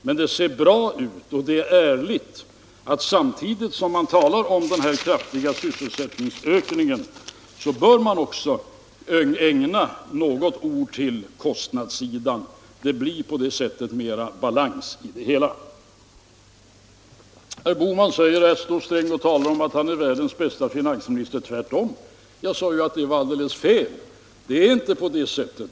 Men det ser bra ut och är ärligt om man, samtidigt som man talar om denna kraftiga sysselsättningsökning, också ägnar något ord åt kostnadssidan. Det blir på det sättet mer balans i det hela. Herr Bohman säger att här står Sträng och talar om att han är världens bäste finansminister. Jag sade ju tvärtom att det var alldeles fel. Det är inte på det sättet.